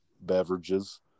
beverages